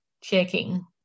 Checking